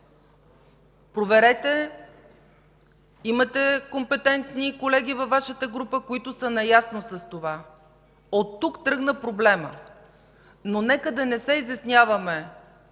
Проверете. Имате компетентни колеги във Вашата група, които са наясно с това. Оттук тръгна проблемът. Нека да не се изясняваме,